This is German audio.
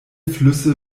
flüsse